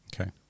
Okay